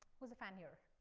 who's a fan here?